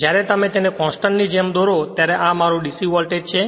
જ્યારે તમે તેને કોંસ્ટંટ ની જેમ દોરો ત્યારે આ મારો DC વોલ્ટેજ છે